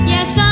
Yes